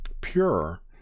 pure